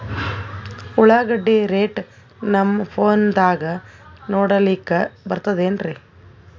ಉಳ್ಳಾಗಡ್ಡಿ ರೇಟ್ ನಮ್ ಫೋನದಾಗ ನೋಡಕೊಲಿಕ ಬರತದೆನ್ರಿ?